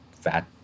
fat